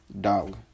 dog